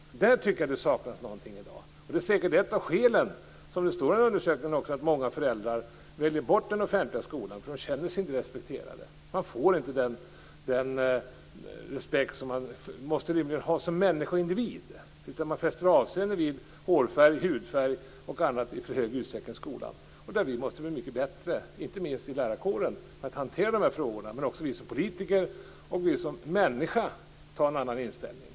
Där tycker jag att det saknas någonting i dag. Detta är säkert ett av skälen - så står det också i undersökningen - till att många föräldrar väljer bort den offentliga skolan. De känner sig inte respekterade och får inte den respekt man måste ha som människa och individ. I stor utsträckning fästs i stället avseende vid hårfärg, hudfärg och annat i skolan. Man måste bli mycket bättre, inte minst inom lärarkåren, på att hantera de här frågorna. Det gäller också oss som politiker och som människor. Vi måste få en annan inställning.